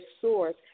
source